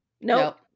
Nope